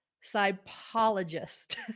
psychologist